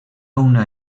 una